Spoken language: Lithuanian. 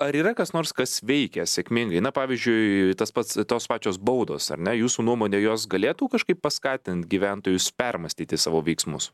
ar yra kas nors kas veikia sėkmingai na pavyzdžiui tas pats tos pačios baudos ar ne jūsų nuomone jos galėtų kažkaip paskatint gyventojus permąstyti savo veiksmus